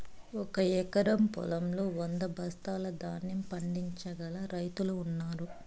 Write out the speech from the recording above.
ఒక ఎకరం పొలంలో వంద బస్తాల ధాన్యం పండించగల రైతులు ఉన్నారు